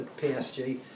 PSG